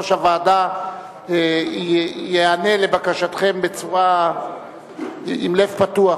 שיושב-ראש הוועדה ייענה לבקשתכם עם לב פתוח,